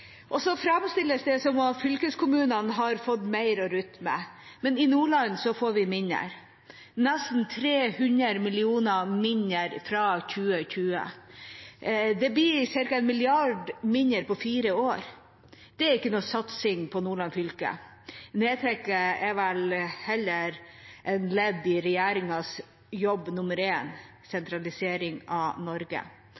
framstilles som at fylkeskommunene har fått mer å rutte med, men i Nordland får vi mindre – nesten 300 mill. kr mindre fra 2020. Det blir ca. 1 mrd. kr mindre på fire år. Det er ingen satsing på Nordland fylke. Nedtrekket er vel heller et ledd i regjeringens jobb nummer